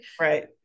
Right